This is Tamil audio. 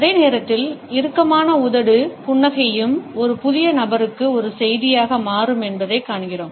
அதே நேரத்தில் இறுக்கமான உதடு புன்னகையும் ஒரு புதிய நபருக்கு ஒரு செய்தியாக மாறும் என்பதைக் காண்கிறோம்